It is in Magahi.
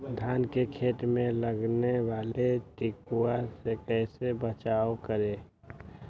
धान के खेत मे लगने वाले टिड्डा से कैसे बचाओ करें?